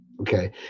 okay